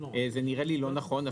זה נראה לי לא נכון.